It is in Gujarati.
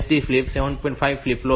5 ફ્લિપ ફ્લોપ છે